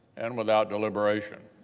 and without deliberation.